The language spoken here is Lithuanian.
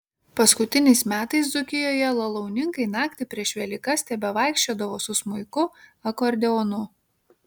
paskutiniais metais dzūkijoje lalauninkai naktį prieš velykas tebevaikščiodavo su smuiku akordeonu